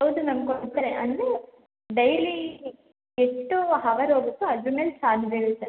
ಹೌದು ಮ್ಯಾಮ್ ಕೊಟ್ಟಿರ್ತಾರೆ ಅಂದರೆ ಡೈಲಿ ಎಷ್ಟು ಹವರ್ ಹೋಗುತ್ತೋ ಅದ್ರ ಮೇಲೆ ಚಾರ್ಜ್ ಬೀಳುತ್ತೆ ಮ್ಯಾಮ್